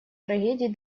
трагедий